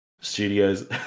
studios